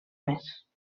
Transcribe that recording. més